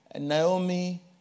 Naomi